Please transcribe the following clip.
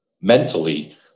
mentally